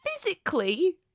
physically